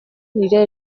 nire